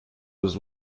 was